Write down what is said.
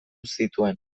zituen